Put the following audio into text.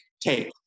take